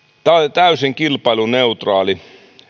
täysin kilpailuneutraali